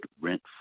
rent